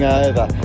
over